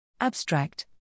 Abstract